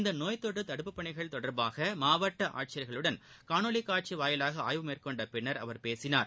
இந்த நோய் தொற்று தடுப்புப் பணிகள் தொடர்பாக மாவட்ட ஆட்சியர்களுடன் காணொலி காட்சி வாயிலாக ஆய்வு மேற்கொண்ட அவர் பேசினார்